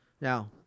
Now